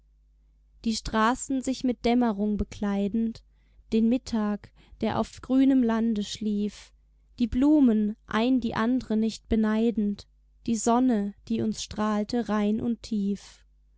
die straßen sich mit dämmerung bekleidend den mittag der auf grünem lande schlief die blumen ein die andre nicht beneidend die sonne die uns strahlte rein und tief